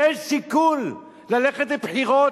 זה שיקול ללכת לבחירות,